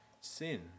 sin